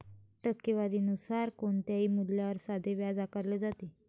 टक्केवारी नुसार कोणत्याही मूल्यावर साधे व्याज आकारले जाते